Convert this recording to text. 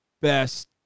best